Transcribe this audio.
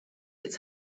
its